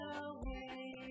away